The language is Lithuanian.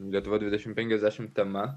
lietuva dvidešim penkiasdešim tema